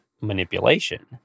manipulation